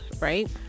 right